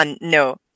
no